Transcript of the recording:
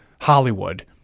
Hollywood